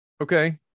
Okay